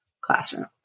classroom